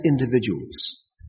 individuals